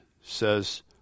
says